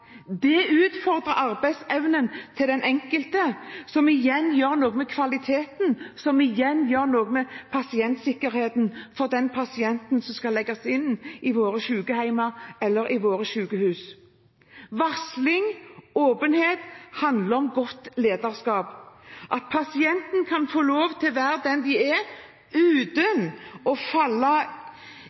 Det utfordrer arbeidsevnen til den enkelte, som igjen gjør noe med kvaliteten, som igjen gjør noe med sikkerheten for de pasientene som skal legges inn på våre sykehjem eller i våre sykehus. Varsling og åpenhet handler om godt lederskap – at pasientene kan få lov til å være den de er, uten å falle